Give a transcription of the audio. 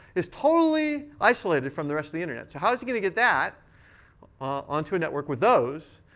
is totally isolated from the rest of the internet. so how is he going to get that onto network with those?